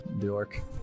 Dork